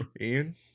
Ian